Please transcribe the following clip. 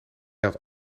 had